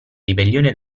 ribellione